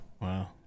Wow